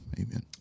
Amen